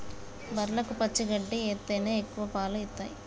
బర్లకు పచ్చి గడ్డి ఎత్తేనే ఎక్కువ పాలు ఇత్తయ్